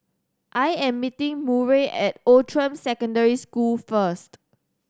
I am meeting Murray at Outram Secondary School first